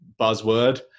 buzzword